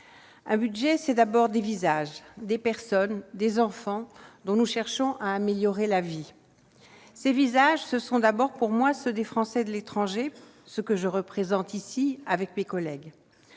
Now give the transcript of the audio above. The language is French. un budget, c'est d'abord des visages, des personnes, des enfants dont nous cherchons à améliorer la vie. Ces visages, ce sont d'abord pour moi ceux des Français de l'étranger, que je représente ici avec d'autres.